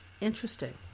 Interesting